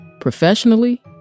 professionally